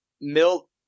Milt